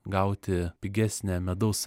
gauti pigesnę medaus